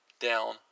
down